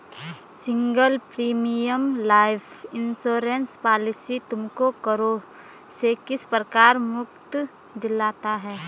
Single premium life insurance policy तुमको करों से किस प्रकार मुक्ति दिलाता है?